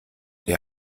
ihr